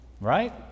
right